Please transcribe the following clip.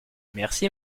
merci